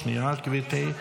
יש עוד.